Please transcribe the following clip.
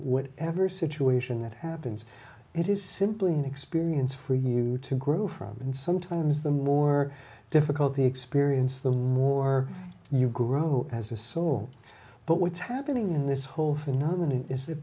what ever situation that happens it is simply an experience for you to grow from and sometimes the more difficult the experience the more you grow as a soul but what's happening in this whole phenomenon is th